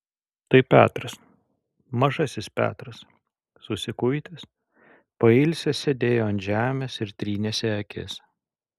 tai petras mažasis petras susikuitęs pailsęs sėdėjo ant žemės ir trynėsi akis